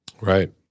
Right